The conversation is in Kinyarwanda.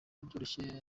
byoroshye